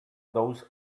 does